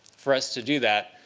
for us to do that.